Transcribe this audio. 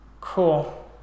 Cool